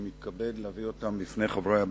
אני מתכבד להביא אותם בפני חברי הבית.